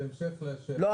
בהמשך לשאלה --- לא,